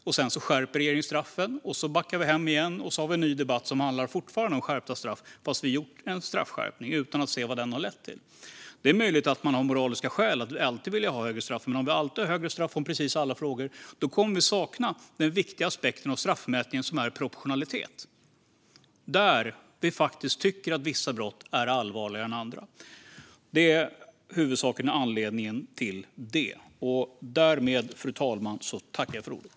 Regeringen skärper straffen, och så har vi en ny debatt som fortfarande handlar om skärpta straff när vi gjort en straffskärpning, utan att se vad den har lett till. Det är möjligt att man har moraliska skäl att alltid vilja ha högre straff. Men om man alltid har högre straff i precis alla frågor kommer vi att förlora den viktiga aspekt av straffutmätning som är proportionalitet, där vi tycker att vissa brott är allvarligare än andra. Det är den huvudsakliga anledningen till att vi inte går med på det.